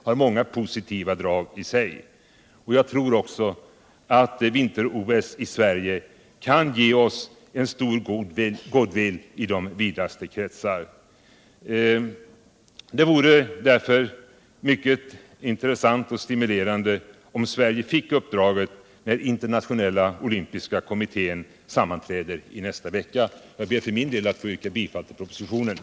I detta sammanhang hade behandlats 1. att riksdagen hos regeringen begärde utredning med uppgift att belysa och offentliggöra storleken och inriktningen av de extraordinära valutatransaktioner som föregått de svenska devalveringarna under senare tid, anfört.